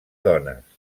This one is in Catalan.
dones